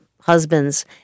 husbands